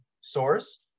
source